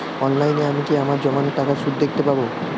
অনলাইনে আমি কি আমার জমানো টাকার সুদ দেখতে পবো?